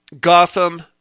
gotham